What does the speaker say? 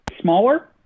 smaller